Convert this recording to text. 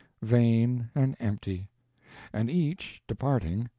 vain and empty and each, departing,